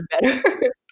better